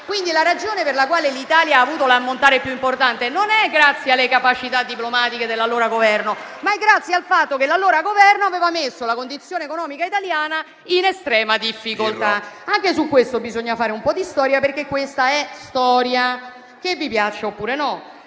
Quindi, la ragione per la quale l'Italia ha ricevuto l'ammontare più importante non è data dalle capacità diplomatiche dell'allora Governo, ma dal fatto che l'allora Governo avesse messo l'economia italiana in estrema difficoltà. Anche su questo bisogna fare un po' di storia: perché questa è storia, che vi piaccia oppure no.